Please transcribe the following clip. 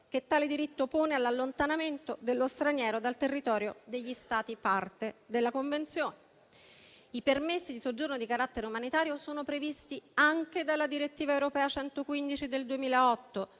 che tale diritto pone all'allontanamento dello straniero dal territorio degli Stati parte della Convenzione. I permessi di soggiorno di carattere umanitario sono previsti anche dalla direttiva europea n. 115 del 2008,